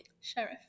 sheriff